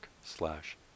slash